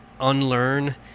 unlearn